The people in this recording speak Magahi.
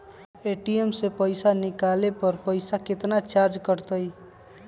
ए.टी.एम से पईसा निकाले पर पईसा केतना चार्ज कटतई?